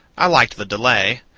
i liked the delay,